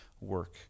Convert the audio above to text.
work